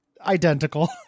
Identical